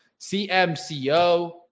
CMCO